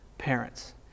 parents